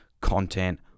content